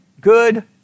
good